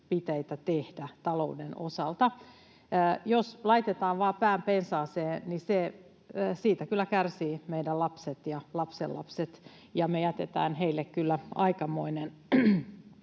tehdä talouden osalta. Jos laitetaan vaan pää pensaaseen, niin siitä kyllä kärsivät meidän lapset ja lapsenlapset, ja me jätetään heille kyllä aikamoinen